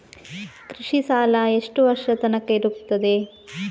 ಕೃಷಿ ಸಾಲ ಎಷ್ಟು ವರ್ಷ ತನಕ ಇರುತ್ತದೆ?